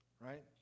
right